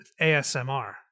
ASMR